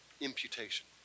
imputation